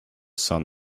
sun